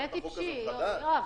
זה טיפשי, יואב.